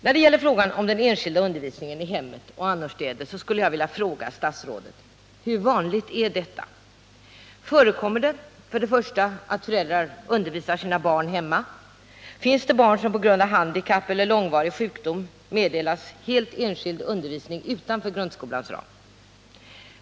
När det gäller frågan om den enskilda undervisningen i hemmet och annorstädes skulle jag vilja fråga statsrådet: Hur vanligt är detta? Förekommer det att föräldrar undervisar sina barn hemma? Finns det barn som på grund av handikapp eller långvarig sjukdom meddelas helt enskild undervisning utanför grundskolans ram?